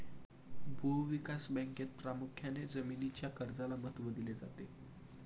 भूविकास बँकेत प्रामुख्याने जमीनीच्या कर्जाला महत्त्व दिले जाते